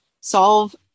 solve